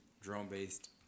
drone-based